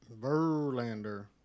Verlander